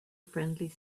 friendly